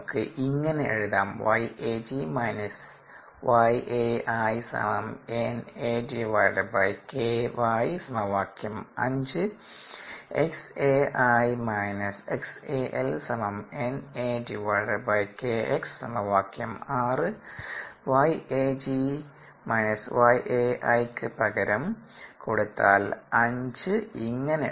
ഇങ്ങനെ എഴുതാം yAG y Ai യ്ക്ക് പകരം കൊടുത്താൽ ഇങ്ങനെ എഴുതാം